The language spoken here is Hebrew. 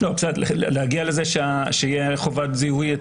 להגיע לזה שתהיה חובת זיהוי,